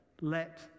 let